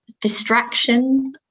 distraction